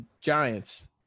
Giants